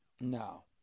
no